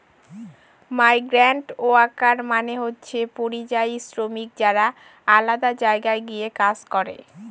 migrant worker মানে হচ্ছে পরিযায়ী শ্রমিক যারা আলাদা জায়গায় গিয়ে কাজ করে